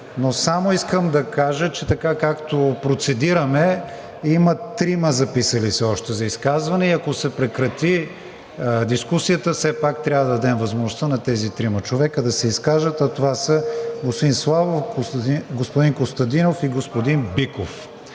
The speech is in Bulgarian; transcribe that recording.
но само искам да кажа, че така както процедираме, има трима записали се още за изказване и ако се прекрати дискусията, все пак трябва да дадем възможността на тези трима човека да се изкажат, а това са господин Славов, господин Костадинов и господин Биков.